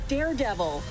Daredevil